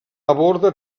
aborda